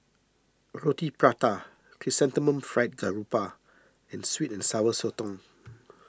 Roti Prata Chrysanthemum Fried Garoupa and Sweet and Sour Sotong